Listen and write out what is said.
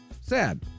Sad